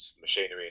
machinery